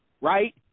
right